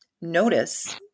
notice